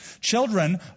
Children